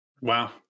Wow